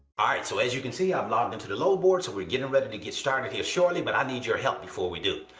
all right, so as you can see, i've logged into the load board, so we're getting ready to get started here shortly, but i need your help before we do.